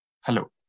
hello